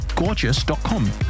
gorgeous.com